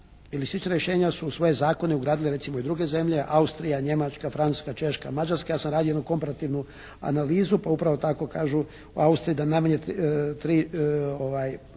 ili slična rješenja su u svoje zakone ugradili recimo i druge zemlje, Austrija, Njemačka, Francuska, Češka, Mađarska. Ja sam radio jednu komparativnu analizu, pa upravo tako kažu u Austriji da najmanje 3